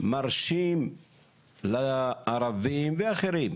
מרשה לערבים ואחרים